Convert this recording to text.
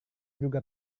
juga